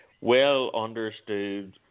well-understood